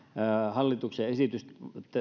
hallituksen esitys